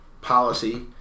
policy